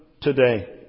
today